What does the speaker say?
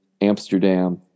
Amsterdam